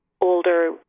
older